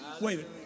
wait